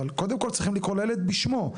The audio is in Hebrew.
אבל קודם כל צריכים לקרוא לילד בשמו.